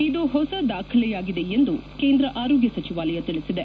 ಇದು ಹೊಸ ದಾಖಲೆಯಾಗಿದೆ ಎಂದು ಕೇಂದ್ರ ಆರೋಗ್ನ ಸಚಿವಾಲಯ ತಿಳಿಸಿದೆ